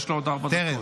יש לו עוד ארבע דקות.